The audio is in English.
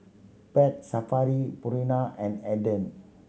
Pet Safari Purina and Aden